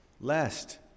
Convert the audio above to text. Lest